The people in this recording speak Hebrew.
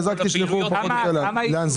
התכניות שכלולות בפנייה: 700202